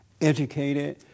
educated –